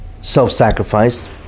self-sacrifice